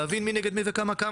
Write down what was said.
להבין מי נגד מי וכמה-כמה.